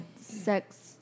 sex